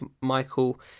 Michael